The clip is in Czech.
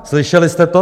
Slyšeli jste to?